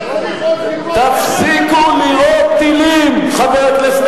אתה צריך ללמוד, תפסיקו לירות טילים, חבר הכנסת